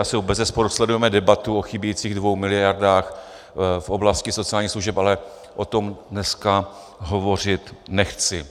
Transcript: A bezesporu sledujeme debatu o chybějících dvou miliardách v oblasti sociálních služeb, ale o tom dneska hovořit nechci.